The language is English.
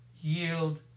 yield